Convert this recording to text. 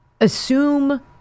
assume